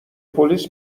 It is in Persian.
پلیس